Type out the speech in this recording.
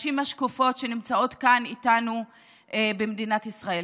והנשים השקופות שנמצאות כאן איתנו במדינת ישראל.